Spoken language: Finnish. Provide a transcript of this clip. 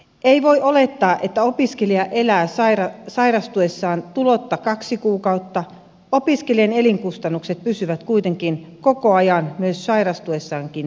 ei voi olettaa että opiskelija elää sairastuessaan tulotta kaksi kuukautta sillä opiskelijan elinkustannukset pysyvät kuitenkin koko ajan myös sairastuessakin samana